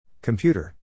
Computer